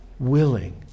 willing